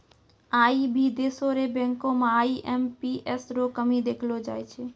आई भी देशो र बैंको म आई.एम.पी.एस रो कमी देखलो जाय छै